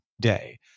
day